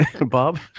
Bob